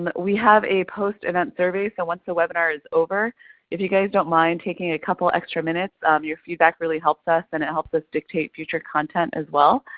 and we have a post event survey. so once the webinar is over if you guys don't mind taking a couple extra minutes. your feedback really helps us and it helps us dictate future content as well.